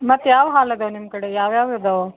ಮತ್ತೆ ಯಾವ ಹಾಲು ಇದಾವೆ ನಿಮ್ಮ ಕಡೆಗೆ ಯಾವ್ಯಾವು ಇದ್ದಾವೆ